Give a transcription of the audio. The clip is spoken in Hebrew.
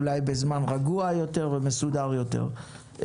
אולי בזמן רגוע יותר ומסודר יותר.